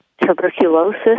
tuberculosis